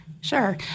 Sure